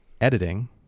Editing